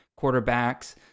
quarterbacks